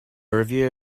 review